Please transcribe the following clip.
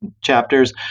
chapters